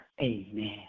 Amen